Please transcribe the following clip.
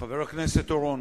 חבר הכנסת אורון,